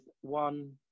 one